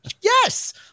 yes